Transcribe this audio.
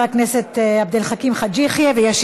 לחבר הכנסת עבד אל חכים חאג' יחיא.